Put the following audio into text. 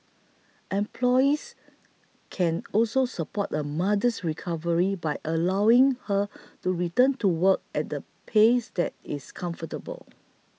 employees can also support a mother's recovery by allowing her to return to work at a pace that is comfortable